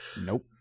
Nope